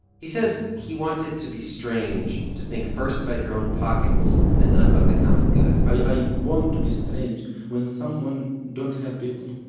he says he wants it to be strange to think first about your own pockets and not about the common good i want to be strange when someone don't help people